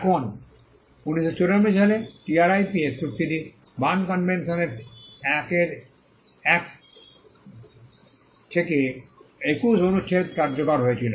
এখন 1994 সালে টিআরআইপিএস চুক্তিটি বার্ন কনভেনশন এর 1 থেকে 21 অনুচ্ছেদে কার্যকর হয়েছিল